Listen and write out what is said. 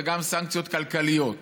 וגם סנקציות כלכליות.